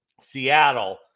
Seattle